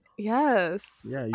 yes